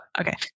okay